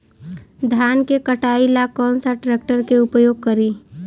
धान के कटाई ला कौन सा ट्रैक्टर के उपयोग करी?